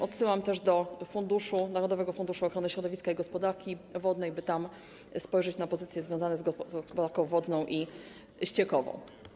Odsyłam też do Narodowego Funduszu Ochrony Środowiska i Gospodarki Wodnej, by tam spojrzeć na pozycje związane z gospodarką wodną i ściekową.